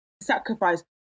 sacrifice